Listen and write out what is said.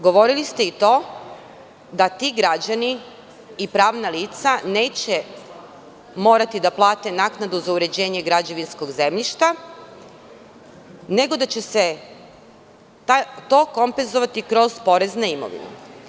Govorili ste i to da ti građani i pravna lica neće morati da plate naknadu za uređenje građevinskog zemljišta, nego da će se to kompenzovati kroz porezna imovinu.